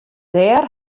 dêr